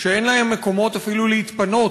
שאין להם מקומות אפילו להתפנות,